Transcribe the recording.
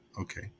okay